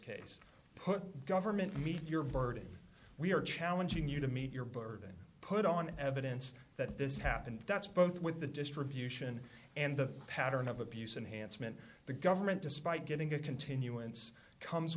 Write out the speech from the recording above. put government meet your burden we are challenging you to meet your burden put on evidence that this happened that's both with the distribution and the pattern of abuse and handsome and the government despite getting a continuance comes